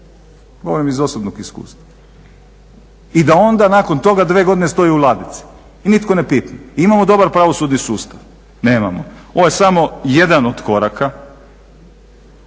govorim iz osobnog iskustva i da onda nakon toga dvije godine stoji u ladici i nitko ne pipne. Imamo dobar pravosudni sustav? Nemamo. Ovo je samo jedan od koraka